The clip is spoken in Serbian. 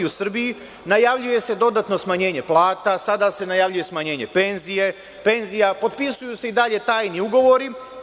U Srbiji se najavljuje dodatno smanjenje plata, sada se najavljuje smanjenje penzija, potpisuju se i dalje tajni ugovori.